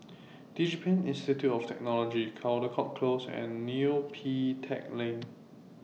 Digipen Institute of Technology Caldecott Close and Neo Pee Teck Lane